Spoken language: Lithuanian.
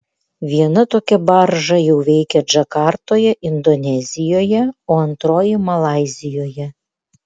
viena tokia barža jau veikia džakartoje indonezijoje o antroji malaizijoje